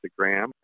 Instagram